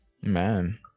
man